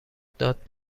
داد